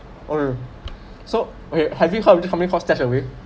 orh so okay have you heard of this company called StashAway